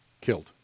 killed